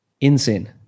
Insane